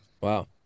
Wow